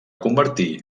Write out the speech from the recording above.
convertir